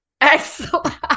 Excellent